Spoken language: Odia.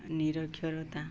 ନିରକ୍ଷରତା